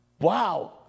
Wow